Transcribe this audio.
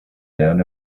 down